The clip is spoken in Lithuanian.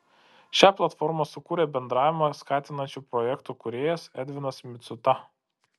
šią platformą sukūrė bendravimą skatinančių projektų kūrėjas edvinas micuta